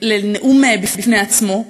לנאום בפני עצמו,